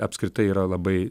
apskritai yra labai